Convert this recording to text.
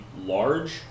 large